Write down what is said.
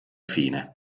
fine